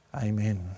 Amen